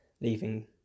leaving